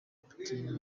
putin